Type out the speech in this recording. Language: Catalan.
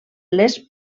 les